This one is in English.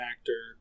actor